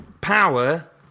power